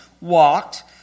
walked